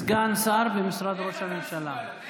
סגן שר במשרד ראש הממשלה.